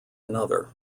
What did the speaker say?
another